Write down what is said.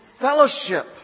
fellowship